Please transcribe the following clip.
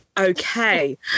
Okay